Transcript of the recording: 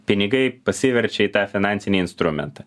pinigai pasiverčia į tą finansinį instrumentą